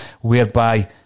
whereby